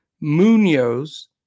Munoz